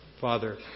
Father